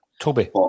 Toby